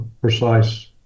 precise